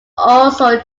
also